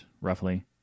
roughly